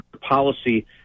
policy